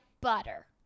butter